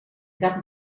cap